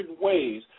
ways